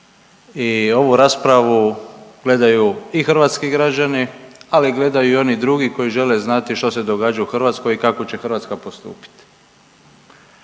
I ovu raspravu gledaju i hrvatski građani, ali gledaju i oni drugi koji žele znati što se događa u Hrvatskoj i kako će Hrvatska postupiti.